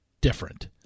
different